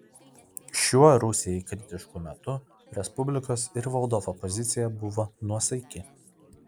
šiuo rusijai kritišku metu respublikos ir valdovo pozicija buvo nuosaiki